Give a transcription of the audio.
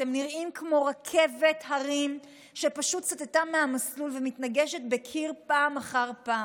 אתם נראים כמו רכבת הרים שפשוט סטתה מהמסלול ומתנגשת בקיר פעם אחר פעם.